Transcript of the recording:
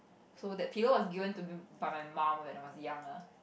so that pillow was given to me by my mum when I was young ah